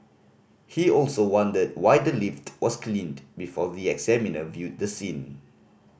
he also wondered why the lift was cleaned before the examiner viewed the scene